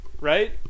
right